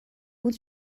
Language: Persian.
بود